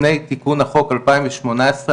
לפני תיקון החוק ב-2018,